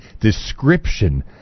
description